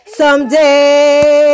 someday